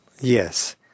Yes